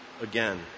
again